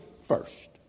first